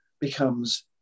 becomes